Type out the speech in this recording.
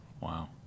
Wow